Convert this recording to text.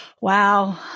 Wow